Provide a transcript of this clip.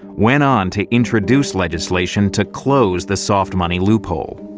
went on to introduce legislation to close the soft money loophole.